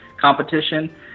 competition